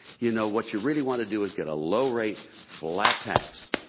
you know, what you really want to do is get a low rate, flat tax,